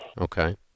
Okay